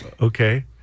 Okay